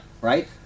right